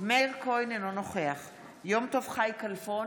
מאיר כהן, אינו נוכח יום טוב חי כלפון,